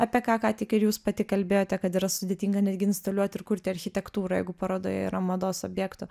apie ką ką tik jūs pati kalbėjote kad yra sudėtinga netgi instaliuoti ir kurti architektūrą jeigu parodoje yra mados objektų